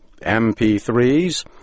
MP3s